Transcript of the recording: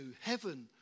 heaven